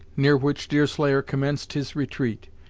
near which deerslayer commenced his retreat,